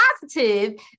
positive